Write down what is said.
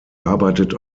arbeitet